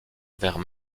vers